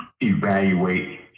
evaluate